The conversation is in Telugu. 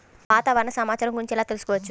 వాతావరణ సమాచారం గురించి ఎలా తెలుసుకోవచ్చు?